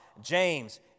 James